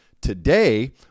Today